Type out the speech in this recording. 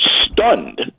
stunned